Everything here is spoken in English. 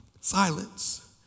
Silence